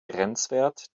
grenzwert